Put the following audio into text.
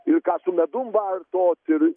ir ką su medum vartot ir